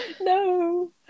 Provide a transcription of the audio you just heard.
no